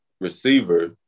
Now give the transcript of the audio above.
receiver